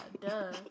duh